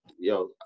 yo